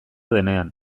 denean